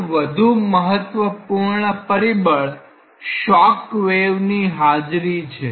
એક વધુ મહત્વપૂર્ણ પરિબળ શોક વેવ ની હાજરી છે